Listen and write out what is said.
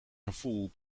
gevoel